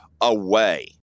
away